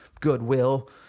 goodwill